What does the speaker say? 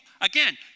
Again